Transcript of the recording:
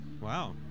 Wow